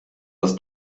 das